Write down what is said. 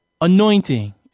anointing